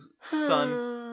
son